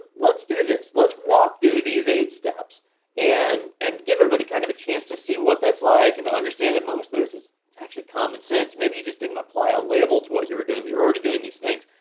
let's do this, let's walk through these eight steps and and give everybody kind of a chance to see what that's like. and to understand that most of this is actually common sense. maybe you just didn't apply a label to what you were doing, but you're already doing these things.